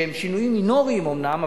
שהם שינויים מינוריים אומנם,